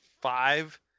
five